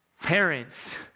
parents